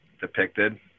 depicted